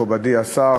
מכובדי השר,